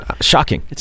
Shocking